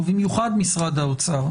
ובמיוחד משרד האוצר,